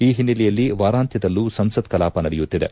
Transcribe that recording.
ಈ ಹಿನ್ನೆಲೆಯಲ್ಲಿ ವಾರಾಂತ್ಯದಲ್ಲೂ ಸಂಸತ್ ಕಲಾಪ ನಡೆಯುತ್ತಿದೆ